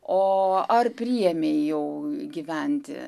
o ar priėmei jau gyventi